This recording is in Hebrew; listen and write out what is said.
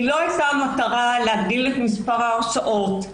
היא לא הייתה מטרה להגדיל את מספר ההרשעות,